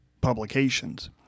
publications